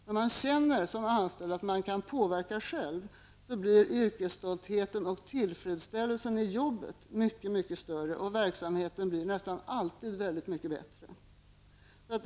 När man som anställd känner att man kan påverka själv blir yrkesstoltheten och tillfredsställelsen i jobbet mycket större, och verksamheten blir nästan alltid väldigt mycket bättre.